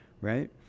right